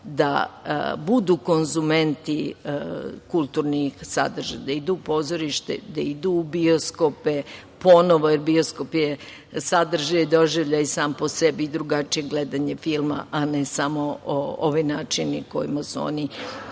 da budu konzumenti kulturnih sadržaja, da idu u pozorište, da idu u bioskope ponovo, jer bioskop je sadržaj i doživljaj sam po sebi i drugačije gledanje filma, a ne samo ovi načini kojima su oni